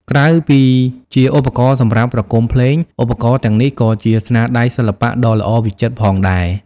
ក្រៅពីជាឧបករណ៍សម្រាប់ប្រគំភ្លេង ឧបករណ៍ទាំងនេះក៏ជាស្នាដៃសិល្បៈដ៏ល្អវិចិត្រផងដែរ។